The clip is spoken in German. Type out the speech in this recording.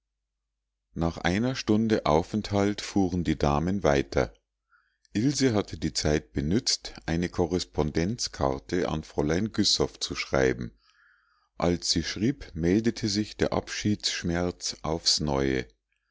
nach einer stunde aufenthalt fuhren die damen weiter ilse hatte die zeit benützt eine korrespondenzkarte an fräulein güssow zu schreiben als sie schrieb meldete sich der abschiedsschmerz aufs neue